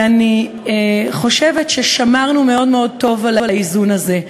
אני חושבת ששמרנו מאוד מאוד טוב על האיזון הזה.